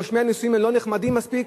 רושמי הנישואים האלה הם לא נחמדים מספיק